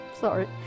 Sorry